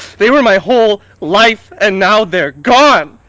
they were my whole life and now they're gone!